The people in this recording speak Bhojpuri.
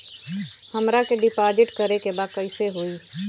हमरा के डिपाजिट करे के बा कईसे होई?